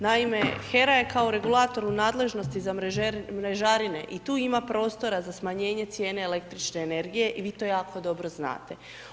Naime, HERA je kao regulator u nadležnosti za mrežarice i tu ima prostora, za smanjenje cijene električne energije i vi to jako dobro znate.